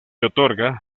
otorga